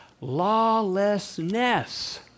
lawlessness